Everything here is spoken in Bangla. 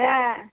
হ্যাঁ